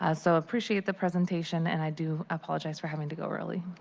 i so appreciate the presentation, and i do apologize for having to go early.